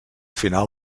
final